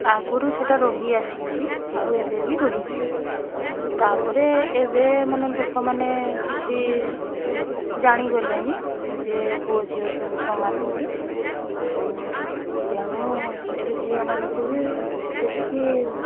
ଆଗରୁ ସେଇଟା ରହି ଆସିଛି ଆଉ ଏବେବି ରହିଛି କିନ୍ତୁ ତା'ପରେ ଏବେ ମାନେ ଲୋକମାନେ କିଛି ଜାଣିଗଲେନି ଯେ ପୁଅ ଝିଅ ସବୁ ସମାନ ବୋଲି ଆଉ ତେଣୁ ଏବେ ଝିଅମାନଙ୍କୁ ବି ସେତିକି